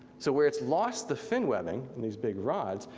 so where it's lost the fin webbing and these big rods,